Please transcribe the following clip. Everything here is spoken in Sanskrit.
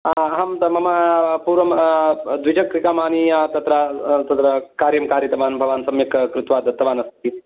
अहं तु मम पूर्वं द्विचक्रिकामानीय तत्र तत्र कार्यं कारितवान् भवान् सम्यक् कृत्वा दत्तवान् अस्ति